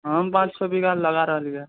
हम पाँच छओ बीघा लगाए रहलयै